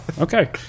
okay